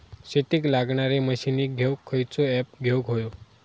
शेतीक लागणारे मशीनी घेवक खयचो ऍप घेवक होयो?